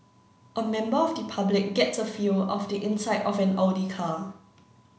a member of the public gets a feel of the inside of an Audi car